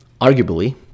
arguably